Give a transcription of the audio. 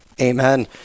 Amen